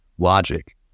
logic